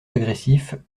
agressifs